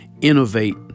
innovate